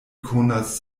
konas